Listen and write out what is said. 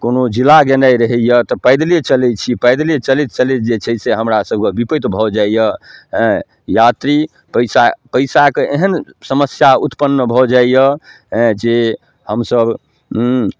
कोनो जिला गेनाइ रहैया तऽ पैदले चलै छी पैदले चलैत चलैत जे छै से हमरा सबके बिपैत भऽ जाइया हैँ यात्री पैसा पैसाके एहन समस्या उत्पन्न भऽ जाइय हैँ जे हमसब